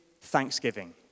thanksgiving